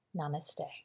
namaste